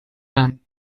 man